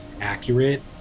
accurate